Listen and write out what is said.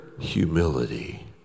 humility